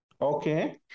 Okay